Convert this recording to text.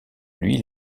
lui